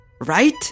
Right